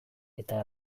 eta